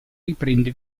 riprende